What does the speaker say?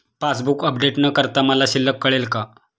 Passbook update न करता मला शिल्लक कळेल का?